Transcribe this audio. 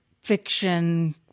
fiction